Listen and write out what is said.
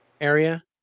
area